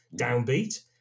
downbeat